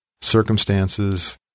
circumstances